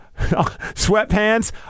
sweatpants